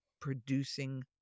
producing